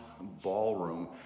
ballroom